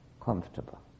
comfortable